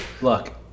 Look-